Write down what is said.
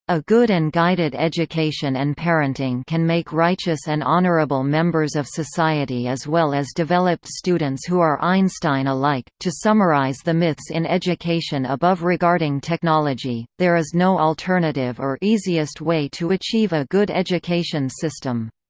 a good and guided education and parenting can make righteous and honorable members of society as well as developed students who are einstein alike to summarize the myths in education above regarding technology, there is no alternative or easiest way to achieve a good education system.